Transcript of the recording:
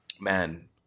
Man